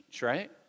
right